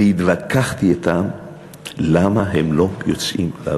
והתווכחתי אתם למה הם לא יוצאים לעבוד.